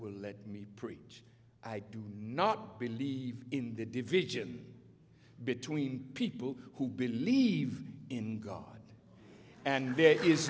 will let me preach i do not believe in the division between people who believe in god and there is